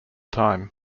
time